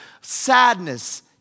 Sadness